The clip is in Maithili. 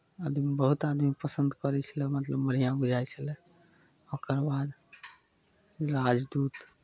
आदमी बहुत आदमी पसन्द करै छलय मतलब बढ़िआँ बुझाइ छलय ओकर बाद राजदूत